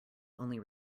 only